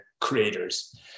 creators